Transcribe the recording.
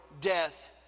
death